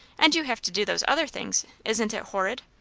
and you have to do those other things? isn't it horrid?